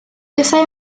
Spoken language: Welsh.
buasai